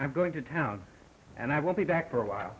i'm going to town and i won't be back for a while